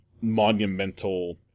monumental